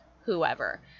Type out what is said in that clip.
whoever